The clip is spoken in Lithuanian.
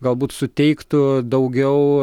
galbūt suteiktų daugiau